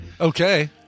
Okay